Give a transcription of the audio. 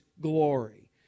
glory